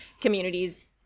communities